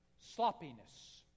Sloppiness